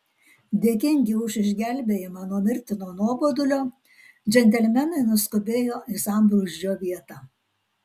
dėkingi už išgelbėjimą nuo mirtino nuobodulio džentelmenai nuskubėjo į sambrūzdžio vietą